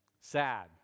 sad